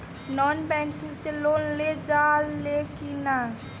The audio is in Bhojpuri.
नॉन बैंकिंग से लोन लेल जा ले कि ना?